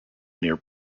near